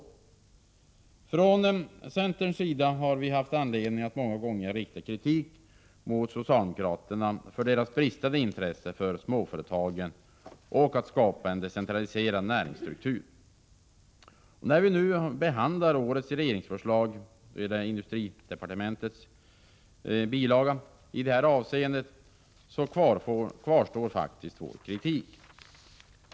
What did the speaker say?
Vi har från centerns sida många gånger haft anledning att rikta kritik mot socialdemokraterna för deras bristande intresse för småföretagen och för skapandet av en decentraliserad näringsstruktur. När riksdagen nu behandlar årets regeringsförslag avseende industridepartementets verksamhetsområde i detta avseende kvarstår faktiskt vår kritik.